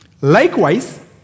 Likewise